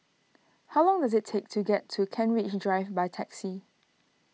how long does it take to get to Kent Ridge Drive by taxi